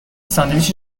ساندویچ